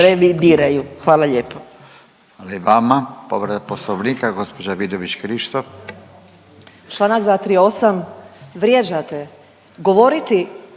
Hvala i vama.